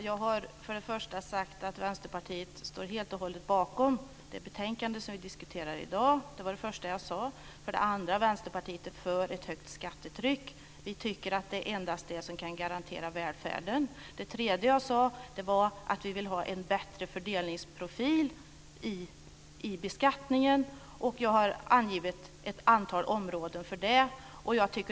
Fru talman! Jag har sagt att Vänsterpartiet helt och hållet står bakom det betänkande som vi diskuterar i dag. Det var det första jag sade. För det andra är Vänsterpartiet för ett högt skattetryck. Vi tycker att endast det kan garantera välfärden. Det tredje jag sade var att vi vill ha en bättre fördelningsprofil i beskattningen. Jag har angivit ett antal områden för det.